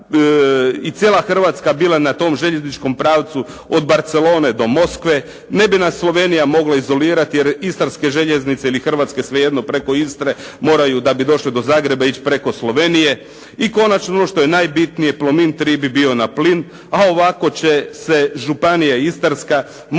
i cijela Hrvatska bila na tom željezničkom pravcu od Barcelone do Moskve, ne bi nas Slovenija mogla izolirati jer istarske željeznice ili hrvatske svejedno preko Istre moraju da bi došle do Zagreba ići preko Slovenije. I konačno što je najbitnije "Plomin 3" bi bio na plin a ovako će se Županija istarska morati